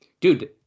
Dude